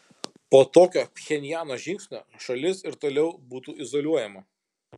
po tokio pchenjano žingsnio šalis ir toliau būtų izoliuojama